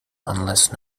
unless